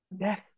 Yes